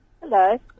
Hello